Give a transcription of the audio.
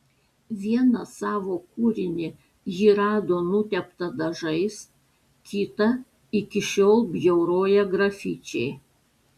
vieną savo kūrinį ji rado nuteptą dažais kitą iki šiol bjauroja grafičiai